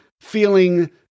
feeling